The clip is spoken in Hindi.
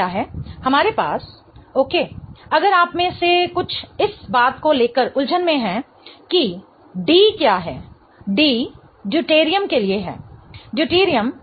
हमारे पास ओके अगर आप में से कुछ इस बात को लेकर उलझन में हैं कि D क्या है D ड्यूटेरियम के लिए है